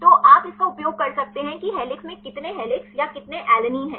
तो आप इसका उपयोग कर सकते हैं कि हेलिक्स में कितने हेलिक्स या कितने एलानिन हैं